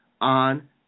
on